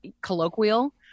colloquial